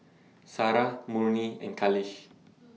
Sarah Murni and Khalish